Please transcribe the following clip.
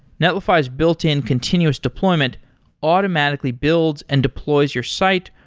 netlify's built-in continuous deployment automatically builds and deploys your site,